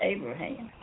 Abraham